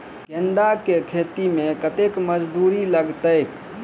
गेंदा केँ खेती मे कतेक मजदूरी लगतैक?